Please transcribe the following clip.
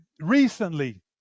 recently